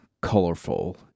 colorful